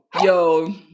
Yo